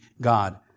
God